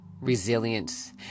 resilience